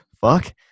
fuck